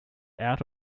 out